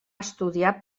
estudiar